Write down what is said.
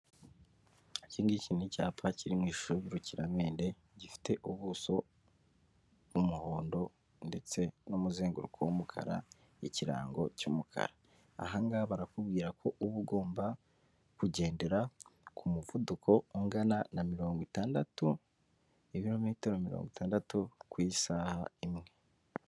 Ikingiki ni icyapa kiri mu ishusho y'urukiramende gifite ubuso bw'umuhondo ndetse n'umuzenguruko w'umukara, ikirango cy'umukara. Ahangaha barakubwira ko uba ugomba kugendera ku muvuduko ungana na mirongo itandatu ku ibirometero mirongo itandatu ku isaha imwe.